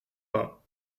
pas